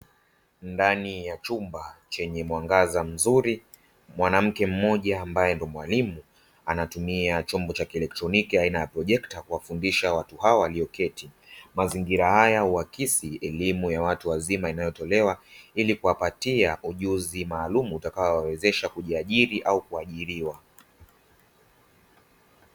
Ndani ya chumba chenye mwangaza mzuri. Mwanamke mmoja ambaye ndio mwalimu, anatumia chombo cha kielektroniki aina ya projekta kuwafundisha watu hawa walioketi. Mazingira haya huakisi elimu ya watu wazima inayotolewa ili kuwapatia ujuzi maalumu, utakao wawezesha kujiajiri au kuajiriwa.